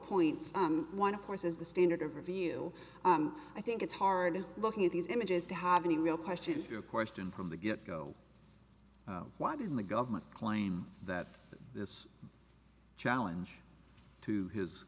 points one of course is the standard of review i think it's hard looking at these images to have any real question your question from the get go why didn't the government claim that this challenge to his